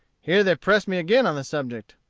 here they pressed me again on the subject.